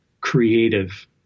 creative